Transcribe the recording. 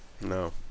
No